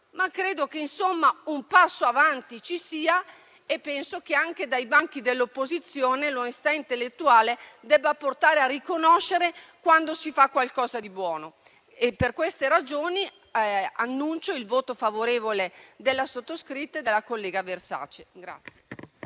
che sia un passo avanti e che, anche dai banchi dell'opposizione, l'onestà intellettuale debba portare a riconoscere quando si fa qualcosa di buono. Per queste ragioni, annuncio fin d'ora il voto favorevole della sottoscritta e della collega Versace.